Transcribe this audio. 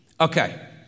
Okay